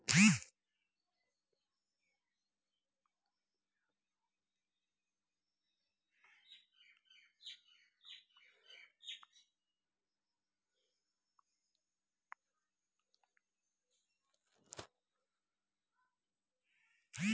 रेशमक उपजा केँ बढ़ाबै लेल केंद्र आ सबटा राज्य सरकार एकटा सेरीकल्चर डिपार्टमेंट बनेने छै